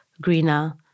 greener